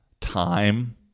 time